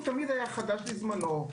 תמיד היה חדש לזמנו,